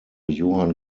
johann